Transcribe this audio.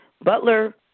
Butler